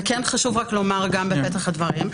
וכן חשוב לומר בפתח הדברים,